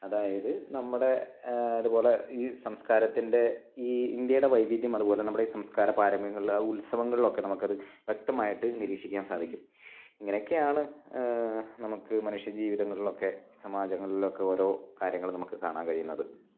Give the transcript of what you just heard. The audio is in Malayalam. അതായത് നമ്മുടെ അതുപോലെ ഈ സംസ്കാരത്തിൻ്റെ ഈ ഇന്ത്യയുടെ വൈവിധ്യം അതുപോലെ നമ്മുടെ ഈ സംസ്കാര പാരമ്പര്യങ്ങളിലും ആ ഉത്സവങ്ങളിലുമൊക്കെ നമുക്കത് വ്യക്തമായിട്ട് നിരീക്ഷിക്കാൻ സാധിക്കും ഇങ്ങനെയൊക്കെയാണ് നമുക്ക് മനുഷ്യ ജീവിതങ്ങളിലൊക്കെ സമാജങ്ങളിലൊക്കെ ഓരോ കാര്യങ്ങള് നമുക്ക് കാണാൻ കഴിയുന്നത്